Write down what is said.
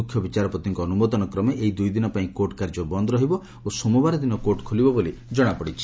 ମୁଖ୍ୟ ବିଚାରପତିଙ୍କ ଅନୁମୋଦନ କ୍ରମେ ଏହି ଦୁଇଦିନ ପାଇଁ କୋର୍ଟ କାର୍ଯ୍ୟ ବନ୍ଦ ରହିବ ଓ ସୋମବାର ଦିନ କୋର୍ଟ ଖୋଲିବ ବୋଲି ଜଣାପଡ଼ିଛି